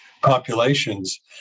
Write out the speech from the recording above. populations